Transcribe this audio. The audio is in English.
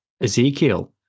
Ezekiel